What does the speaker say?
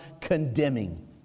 condemning